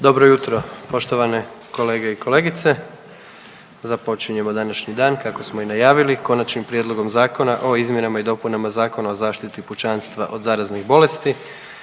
Dobro jutro poštovane kolege i kolegice. Započinjemo današnji dan kako smo i najavili. - Konačnim prijedlogom Zakona o izmjenama i dopunama Zakona o zaštiti pučanstva od zaraznih bolesti,